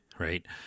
Right